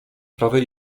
prawej